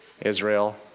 Israel